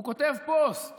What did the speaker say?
והוא כותב פוסט